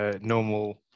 normal